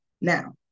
Now